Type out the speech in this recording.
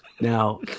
Now